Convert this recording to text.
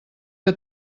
que